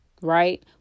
right